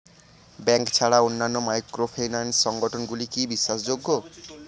Bank ছাড়া অন্যান্য microfinance সংগঠন গুলি কি বিশ্বাসযোগ্য?